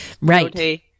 right